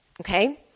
Okay